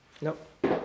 nope